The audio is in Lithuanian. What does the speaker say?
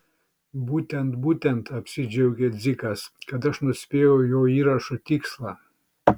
būtent būtent apsidžiaugė dzikas kad aš nuspėjau jo išrašų tikslą